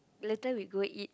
later we go eat